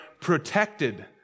protected